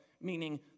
meaning